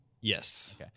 Yes